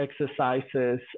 exercises